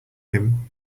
him